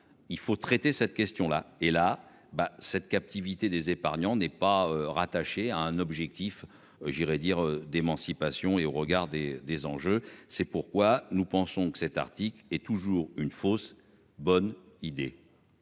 il faut traiter cette question là et là bas cette captivité des épargnants n'est pas rattaché à un objectif, j'irai dire d'émancipation et au regard des des enjeux. C'est pourquoi nous pensons que cet article est toujours une fausse bonne idée.